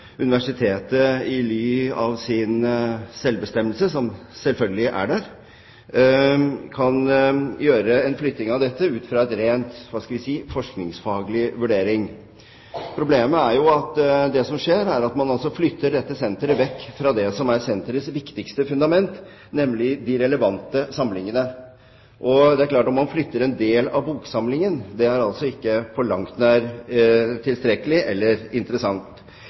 universitetet i ly av sin selvbestemmelse, som selvfølgelig er der, kan gjøre en flytting av dette ut fra en rent – hva skal jeg si – forskningsfaglig vurdering. Problemet er jo at det som skjer, er at man flytter dette senteret vekk fra det som er senterets viktigste fundament, nemlig de relevante samlingene. Det er klart at å flytte en del av boksamlingen ikke på langt nær er tilstrekkelig eller interessant.